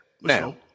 Now